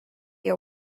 your